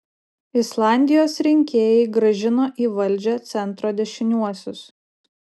islandijos rinkėjai grąžino į valdžią centro dešiniuosius